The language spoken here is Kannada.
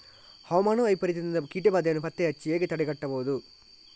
ಹವಾಮಾನ ವೈಪರೀತ್ಯದಿಂದಾಗಿ ಕೀಟ ಬಾಧೆಯನ್ನು ಪತ್ತೆ ಹಚ್ಚಿ ಹೇಗೆ ತಡೆಗಟ್ಟಬಹುದು?